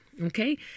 Okay